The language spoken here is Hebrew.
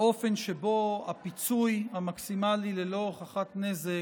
באופן שבו הפיצוי המקסימלי ללא הוכחת נזק